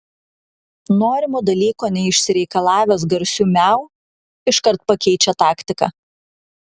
norimo dalyko neišsireikalavęs garsiu miau iškart pakeičia taktiką